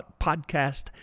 Podcast